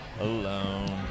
Alone